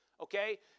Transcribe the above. okay